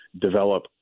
develop